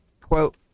quote